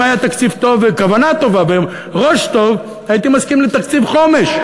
אם היה תקציב טוב וכוונה טובה וראש טוב הייתי מסכים לתקציב חומש.